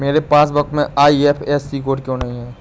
मेरे पासबुक में IFSC code क्यो नहीं है?